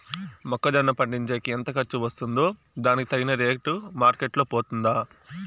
మొక్క జొన్న పండించేకి ఎంత ఖర్చు వస్తుందో దానికి తగిన రేటు మార్కెట్ లో పోతుందా?